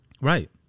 Right